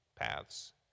paths